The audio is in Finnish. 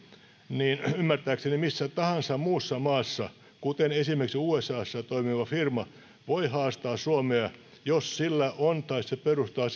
niin ymmärtääkseni missä tahansa muussa maassa kuten esimerkiksi usassa toimiva firma voi haastaa suomen jos sillä on sivukonttori kanadassa tai se perustaa